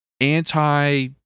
anti